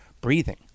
breathing